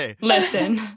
Listen